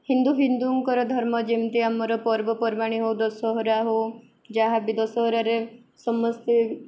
ହିନ୍ଦୁ ହିନ୍ଦୁଙ୍କର ଧର୍ମ ଯେମିତି ଆମର ପର୍ବପର୍ବାଣି ହଉ ଦଶହରା ହଉ ଯାହା ବି ଦଶହରାରେ ସମସ୍ତେ